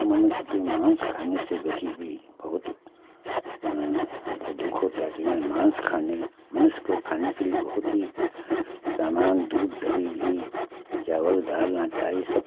मनुष्य के मांस खाने वही भी बहुत हमको दुःख होता है कि हमें मांस खाने मनुष्य को खाने से बहुत ही सामान दूध दही घी चावल दाल आटा यह सब